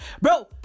Bro